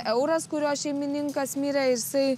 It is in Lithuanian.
euras kurio šeimininkas mirė jisai